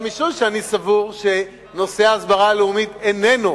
אבל משום שאני סבור שנושא ההסברה הלאומית איננו